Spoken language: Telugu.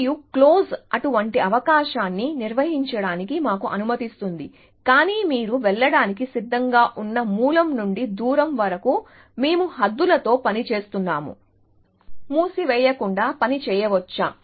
మరియు క్లోజ్ అటువంటి అవకాశాన్ని నివారించడానికి మాకు అనుమతిస్తుంది కానీ మీరు వెళ్ళడానికి సిద్ధంగా ఉన్న మూలం నుండి దూరం వరకు మేము హద్దులతో పని చేస్తున్నాము నేను మూసివేయకుండా పని చేయవచ్చా